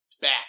back